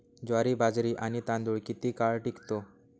ज्वारी, बाजरी आणि तांदूळ किती काळ टिकतो?